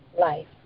life